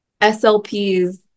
SLPs